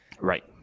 right